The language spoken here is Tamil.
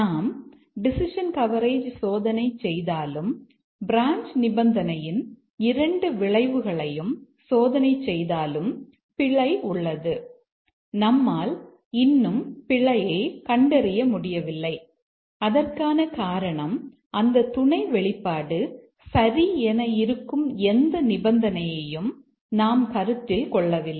நாம் டெசிஷன் கவரேஜ் சோதனை செய்தாலும் பிரான்ச் நிபந்தனையின் இரண்டு விளைவுகளையும் சோதனை செய்தாலும் பிழை உள்ளது நம்மால் இன்னும் பிழையைக் கண்டறிய முடியவில்லை அதற்கான காரணம் இந்த துணை வெளிப்பாடு சரி என இருக்கும் எந்த நிபந்தனையையும் நாம் கருத்தில் கொள்ளவில்லை